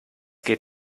geht